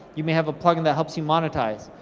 you may have a plugin that helps you monetize.